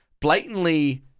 blatantly